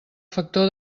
factor